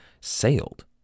sailed